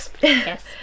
Yes